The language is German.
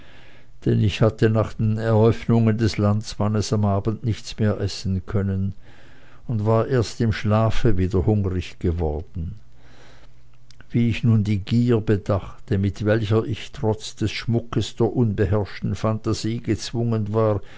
denn ich hatte nach den eröffnungen des landsmannes am abend nichts mehr essen können und war erst im schlafe wieder hungrig geworden wie ich nun die gier bedachte mit welcher ich trotz des schmuckes der unbeherrschten phantasie gezwungen war